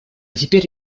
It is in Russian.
теперь